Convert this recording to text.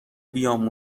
بیام